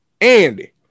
Andy